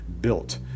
built